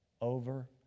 over